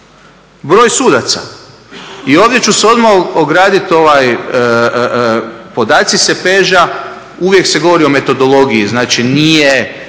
Broj sudaca i ovdje ću se odmah ograditi podaci CEPEJ-a uvijek se govorio o metodologiji znači nije